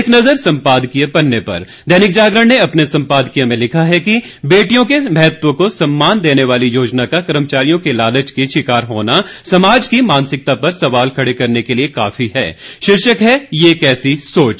एक नजर संपादकीय पन्ने पर दैनिक जागरण ने अपने संपादकीय में लिखा है कि बेटियों के महत्व को सम्मान देने वाली योजना का कर्मचारियों के लालच की शिकार होना समाज की मानसिकता पर सवाल खड़े करने के लिए काफी है शीर्षक है यह कैसी सोच